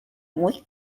muy